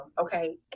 okay